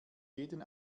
jeden